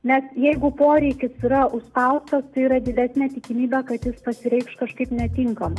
nes jeigu poreikis yra užspaustas tai yra didesnė tikimybė kad jis pasireikš kažkaip netinkamai